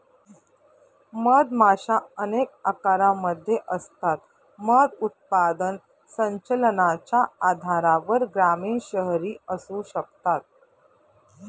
मधमाशा अनेक आकारांमध्ये असतात, मध उत्पादन संचलनाच्या आधारावर ग्रामीण, शहरी असू शकतात